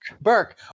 Burke